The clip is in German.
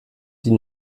die